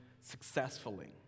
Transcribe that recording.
successfully